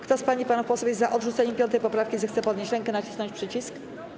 Kto z pań i panów posłów jest za odrzuceniem 5. poprawki, zechce podnieść rękę i nacisnąć przycisk.